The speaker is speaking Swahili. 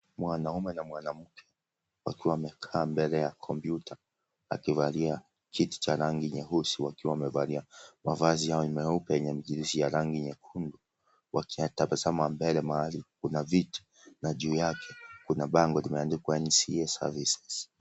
Mwanaume na mwanamke wakiwa wamekaa mbele ya kompyuta wakivalia kiti cha rangi nyeusi wakiwa wamevalia mavazi yao ya rangi nyeupe yenye michirizi ya rangi nyekundu wakitazama mbele kuna viti na juu yake kuna bambo ambalo lomeandikwa NCA Services.